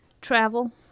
Travel